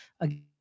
again